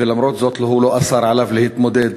ולמרות זאת הוא לא אסר עליו להתמודד